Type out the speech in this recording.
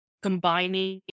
combining